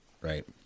Right